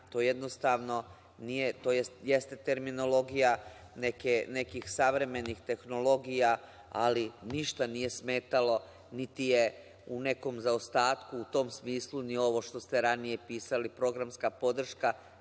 to jednostavno nije, tj. jeste terminologija nekih savremenih tehnologija, ali ništa nije smetalo, niti je u nekom zaostatku u tom smislu ni ovo što ste ranije pisali - programska podrška,